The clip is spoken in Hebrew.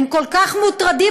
הם כל כך מוטרדים,